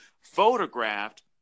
photographed